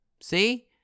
See